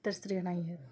तर स्त्रिया नाही आहेत